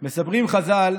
מספרים חז"ל